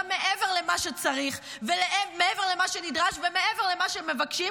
גם מעבר למה שצריך ומעבר למה שנדרש ומעבר למה שמבקשים